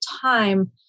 time